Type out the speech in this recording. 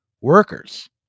workers